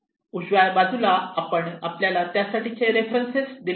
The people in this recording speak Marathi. उजव्या बाजूला आपण त्यासाठीचे रेफरन्सेस दिले आहेत